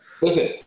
Listen